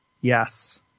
Yes